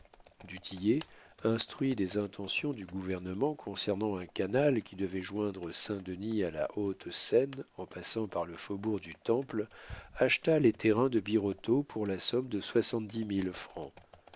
tillet instruit des intentions du gouvernement concernant un canal qui devait joindre saint-denis à la haute seine en passant par le faubourg du temple acheta les terrains de birotteau pour la somme de soixante-dix mille francs